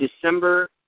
December